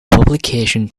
publication